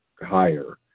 higher